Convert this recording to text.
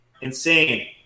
Insane